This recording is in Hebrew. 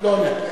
לא עונה.